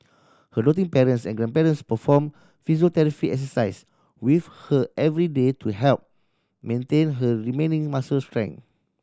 her doting parents and grandparents perform physiotherapy exercise with her every day to help maintain her remaining muscle strength